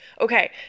Okay